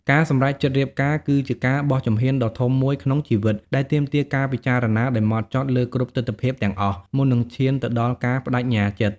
ការសម្រេចចិត្តរៀបការគឺជាការបោះជំហានដ៏ធំមួយក្នុងជីវិត ដែលទាមទារការពិចារណាដោយហ្មត់ចត់លើគ្រប់ទិដ្ឋភាពទាំងអស់ មុននឹងឈានទៅដល់ការប្តេជ្ញាចិត្ត។